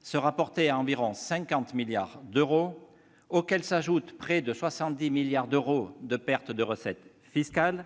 sera porté à environ 50 milliards d'euros, auxquels s'ajoutent près de 70 milliards d'euros de pertes de recettes fiscales,